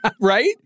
Right